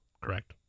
Correct